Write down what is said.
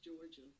Georgia